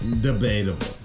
Debatable